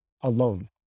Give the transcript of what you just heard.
alone